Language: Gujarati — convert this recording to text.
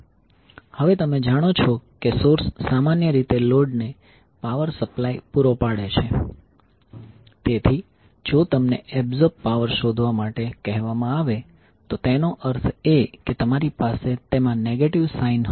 હવે તમે જાણો છો કે સોર્સ સામાન્ય રીતે લોડને પાવર સપ્લાય પૂરો પાડે છે તેથી જો તમને એબ્સોર્બ પાવર શોધવા માટે કહેવામાં આવે તો તેનો અર્થ એ કે તમારી પાસે તેમાં નેગેટીવ સાઈન હશે